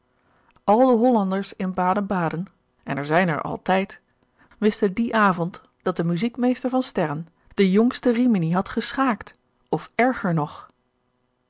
de hollanders in baden-baden en er zijn er altijd wisten dien avond dat de muziekmeester van sterren de jongste rimini had geschaakt of erger nog